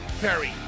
Perry